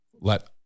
let